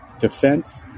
defense